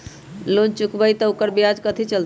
Loan चुकबई त ओकर ब्याज कथि चलतई?